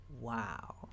wow